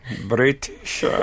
British